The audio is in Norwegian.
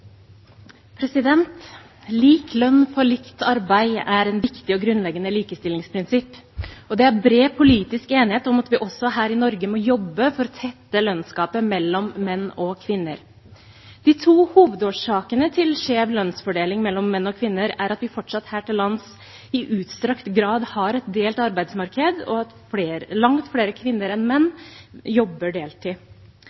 viktig og grunnleggende likestillingsprinsipp, og det er bred politisk enighet om at vi også her i Norge må jobbe for å tette lønnsgapet mellom menn og kvinner. De to hovedårsakene til skjev lønnsfordeling mellom menn og kvinner er at vi fortsatt her til lands i utstrakt grad har et delt arbeidsmarked, og at langt flere kvinner enn menn